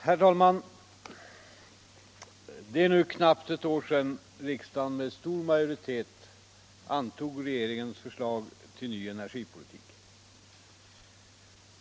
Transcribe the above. Herr talman! Det är nu knappt ett år sedan riksdagen med stor majoritet antog regeringens förslag till ny energipolitik.